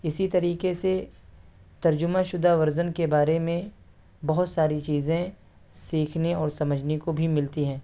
اسی طریقے سے ترجمہ شدہ ورژن کے بارے میں بہت ساری چیزیں سیکھنے اور سمجھنے کو بھی ملتی ہیں